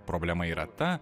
problema yra ta